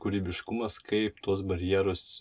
kūrybiškumas kaip tuos barjerus